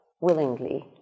willingly